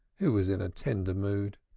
who was in a tender mood,